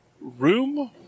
room